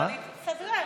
סדרן.